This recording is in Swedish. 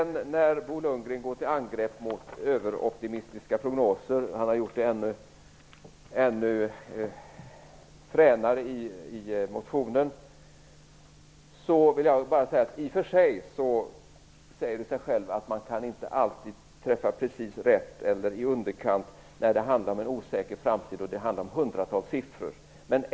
När sedan Bo Lundgren går till angrepp mot överoptimistiska prognoser - han har gjort det ännu fränare i motionen - vill jag bara säga att det i och för sig säger sig självt att man inte alltid kan träffa precis rätt, eller i underkant, när det handlar om en osäker framtid och om hundratals siffror.